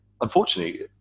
unfortunately